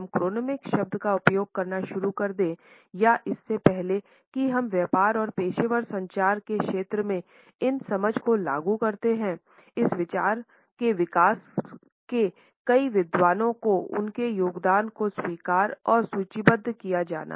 chronemics शब्द का उपयोग करना शुरू कर दें या इससे पहले कि हम व्यापार और पेशेवर संचार के क्षेत्र में इन समझ को लागू करते हैंइस विचार के विकास के लिए कई विद्वानों को उनके योगदान को स्वीकार और सूचीबद्ध किया जाना है